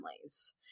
families